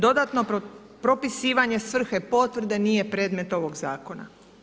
Dodatno propisivanje svrhe potvrde nije predmet ovog zakona.